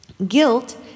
Guilt